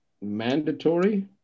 mandatory